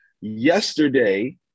Yesterday